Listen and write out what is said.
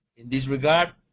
in this regard,